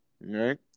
right